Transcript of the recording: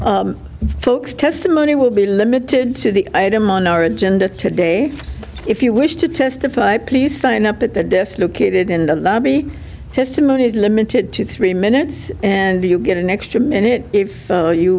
folks testimony will be limited to the item on our agenda today if you wish to testify please sign up at the dislocated in the lobby testimony is limited to three minutes and you get an extra minute if you